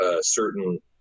certain